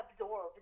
absorbed